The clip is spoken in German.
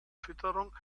fütterung